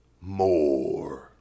more